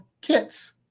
Kits